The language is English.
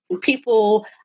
people